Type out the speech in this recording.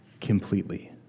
completely